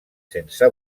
sense